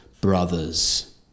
brothers